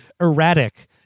erratic